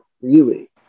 freely